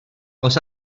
oes